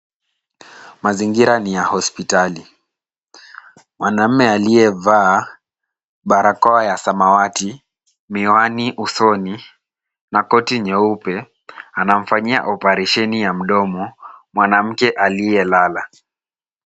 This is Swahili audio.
Mazingira ni ya hospitali. Mwanaume aliyevaa barakoa ya samawati, miwani usoni na koti nyeupe anamfanyia oparesheni ya mdomo mwanamke aliyelala.